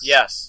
Yes